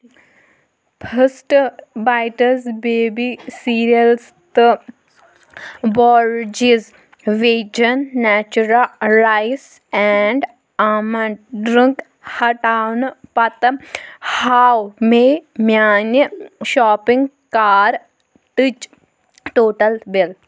first bites baby cereals تہٕ بورجِس vegan natura rice and almond drink ہٹاونہٕ پتہٕ ہاو مےٚ میانہِ شاپنگ کارٹٕچ ٹوٹل بِل